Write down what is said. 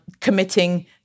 committing